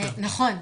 נכון.